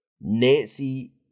Nancy